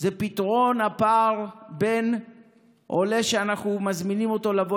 פתרון הפער לעולה שאנחנו מזמינים אותו לבוא